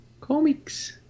Comics